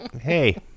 Hey